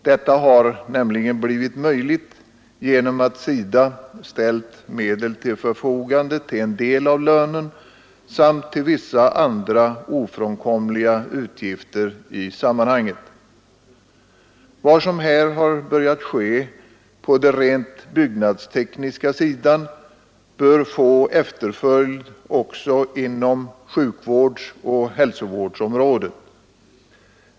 Detta har blivit möjligt genom att SIDA ställt medel till förfogande till en del av lönen samt till vissa andra ofrånkomliga utgifter i sammanhanget. Vad som här börjar ske på den rent byggnadstekniska sidan bör få efterföljd också inom sjukvårds och hälsovårdsområdet.